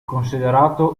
considerato